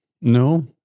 No